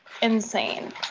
Insane